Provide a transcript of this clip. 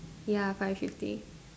ya five fifty